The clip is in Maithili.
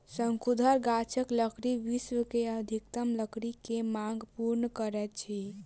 शंकुधर गाछक लकड़ी विश्व के अधिकतम लकड़ी के मांग पूर्ण करैत अछि